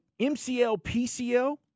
MCL-PCL